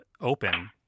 open